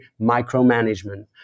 micromanagement